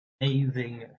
amazing